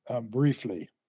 Briefly